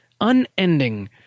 unending